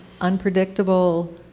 Unpredictable